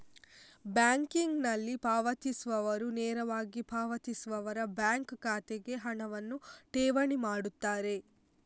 ಬ್ಯಾಂಕಿಂಗಿನಲ್ಲಿ ಪಾವತಿಸುವವರು ನೇರವಾಗಿ ಪಾವತಿಸುವವರ ಬ್ಯಾಂಕ್ ಖಾತೆಗೆ ಹಣವನ್ನು ಠೇವಣಿ ಮಾಡುತ್ತಾರೆ